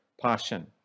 passion